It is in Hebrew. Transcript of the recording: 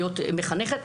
להיות מחנכת.